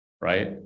Right